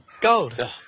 Gold